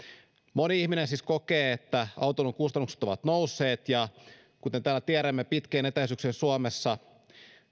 moni ihminen siis kokee että autoilun kustannukset ovat nousseet ja kuten täällä tiedämme pitkien etäisyyksien suomessa